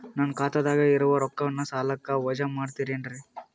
ನನ್ನ ಖಾತಗ ಇರುವ ರೊಕ್ಕವನ್ನು ಸಾಲಕ್ಕ ವಜಾ ಮಾಡ್ತಿರೆನ್ರಿ?